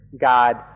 God